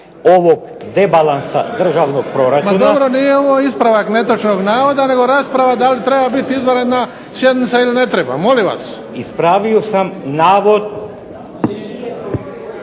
ovog rebalansa državnog proračuna… **Bebić, Luka (HDZ)** Pa dobro nije ovo ispravak netočnog navoda nego rasprava da li treba biti izvanredna sjednica ili ne treba. Molim vas! **Lesar,